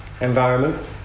environment